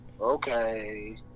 okay